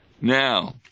Now